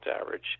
average